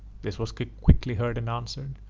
this was quickly heard and answered,